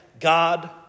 God